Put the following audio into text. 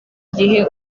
gihe